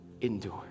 endure